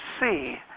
see